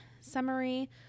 summary